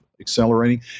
accelerating